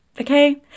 okay